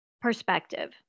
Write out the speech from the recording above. perspective